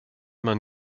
man